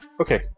okay